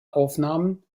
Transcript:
aufnahmen